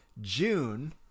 June